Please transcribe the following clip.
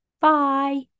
Bye